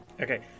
Okay